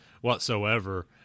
whatsoever